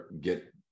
get